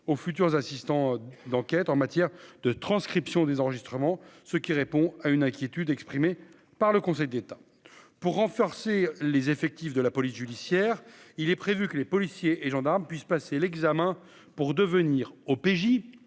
aux futurs assistants d'enquêtes en matière de transcriptions des enregistrements, ce qui répond à une inquiétude exprimée par le Conseil d'État pour renforcer les effectifs de la police judiciaire, il est prévu que les policiers et gendarmes puisse passer l'examen pour devenir OPJ